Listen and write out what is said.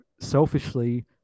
selfishly